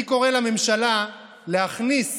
אני קורא לממשלה להכניס